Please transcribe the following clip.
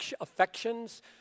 affections